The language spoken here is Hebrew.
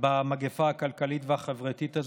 במגפה הכלכלית והחברתית הזאת,